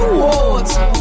water